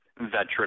veteran